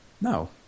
no